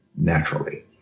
naturally